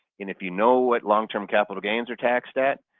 and if you know what long-term capital gains are taxed at